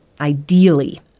ideally